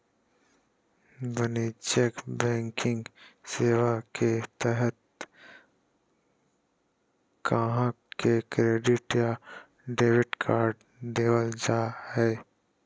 वाणिज्यिक बैंकिंग सेवा के तहत गाहक़ के क्रेडिट या डेबिट कार्ड देबल जा हय